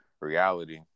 reality